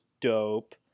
dope